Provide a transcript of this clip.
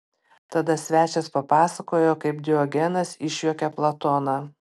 tada svečias papasakojo kaip diogenas išjuokė platoną